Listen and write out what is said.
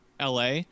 LA